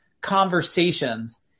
conversations